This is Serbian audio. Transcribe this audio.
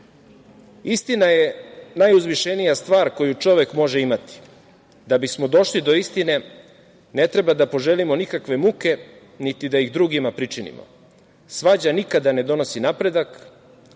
"Istina je najuzvišenija stvar koju čovek može imati, da bismo došli do istine, ne treba da poželimo nikakve muke, niti da ih drugima pričinimo. Svađa nikada ne donosi napredak,